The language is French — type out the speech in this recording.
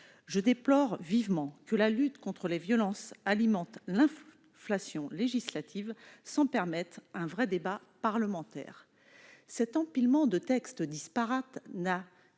Je déplore vivement que la lutte contre les violences alimente l'inflation législative, sans permettre un véritable débat parlementaire. Cet empilement de textes disparates n'a qu'un